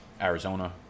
Arizona